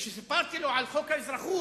וכשסיפרתי לו על חוק האזרחות